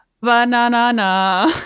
banana